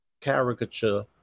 caricature